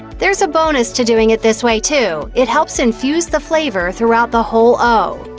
there's a bonus to doing it this way, too it helps infuse the flavor throughout the whole o.